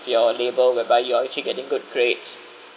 your labour whereby you are actually getting good grades